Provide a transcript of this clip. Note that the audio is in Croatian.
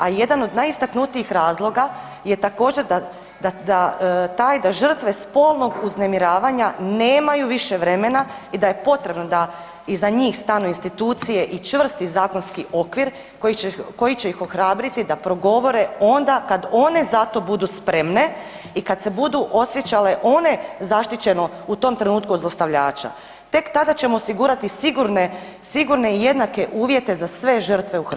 A jedan od najistaknutijih razloga je također da žrtve spolnog uznemiravanja nemaju više vremena i da je potrebno da iza njih stanu institucije i čvrsti zakonski okvir koji će ih ohrabriti da progovore onda kada one za to budu spremne i kada se budu one osjećale zaštićeno u tom trenutku od zlostavljača, tek tada ćemo osigurati sigurne i jednake uvjete za sve žrtve u Hrvatskoj.